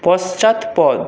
পশ্চাৎপদ